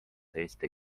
eesti